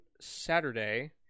Saturday